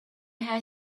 had